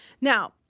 Now